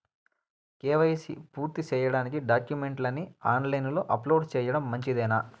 KYC పూర్తి సేయడానికి డాక్యుమెంట్లు ని ఆన్ లైను లో అప్లోడ్ సేయడం మంచిదేనా?